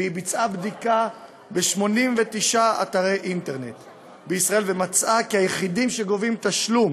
והיא ביצעה בדיקה ב-89 אתרי אינטרנט בישראל ומצאה כי היחידים שגובים תשלום